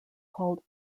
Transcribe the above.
called